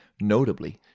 notably